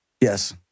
Yes